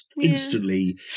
instantly